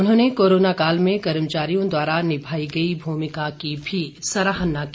उन्होंने कोरोना काल में कर्मचारियों द्वारा निभाई गई भूमिका की भी सराहना की